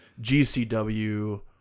GCW